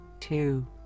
two